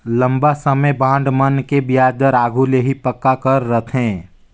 लंबा समे बांड मन के बियाज दर आघु ले ही पक्का कर रथें